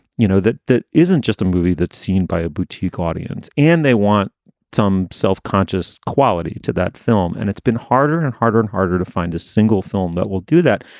you know that that isn't just a movie that's seen by a boutique audience. and they want some self-conscious quality to that film. and it's been harder and harder and harder to find a single film that will do that.